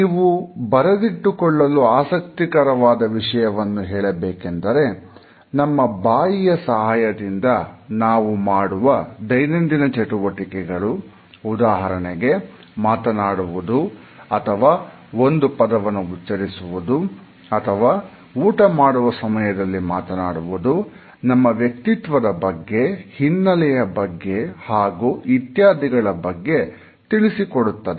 ನೀವು ಬರೆದಿಟ್ಟುಕೊಳ್ಳಲು ಆಸಕ್ತಿಕರವಾದ ವಿಷಯವನ್ನು ಹೇಳಬೇಕೆಂದರೆ ನಮ್ಮ ಬಾಯಿಯ ಸಹಾಯದಿಂದ ನಾವು ಮಾಡುವ ದೈನಂದಿನ ಚಟುವಟಿಕೆಗಳು ಉದಾಹರಣೆಗೆ ಮಾತನಾಡುವುದು ಅಥವಾ ಒಂದು ಪದವನ್ನು ಉಚ್ಚರಿಸುವುದು ಅಥವಾ ಊಟ ಮಾಡುವ ಸಮಯದಲ್ಲಿ ಮಾತನಾಡುವುದು ನಮ್ಮ ವ್ಯಕ್ತಿತ್ವದ ಬಗ್ಗೆ ಹಿನ್ನೆಲೆಯ ಬಗ್ಗೆ ಹಾಗೂ ಇತ್ಯಾದಿಗಳ ಬಗ್ಗೆ ತಿಳಿಸಿಕೊಡುತ್ತದೆ